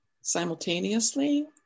simultaneously